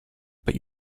but